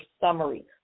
summary